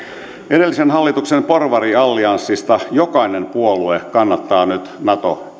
edellisen hallituksen porvariallianssista jokainen puolue kannattaa nyt nato